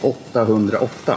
808